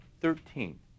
thirteen